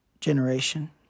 generation